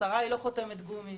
השרה היא לא חותמת גומי,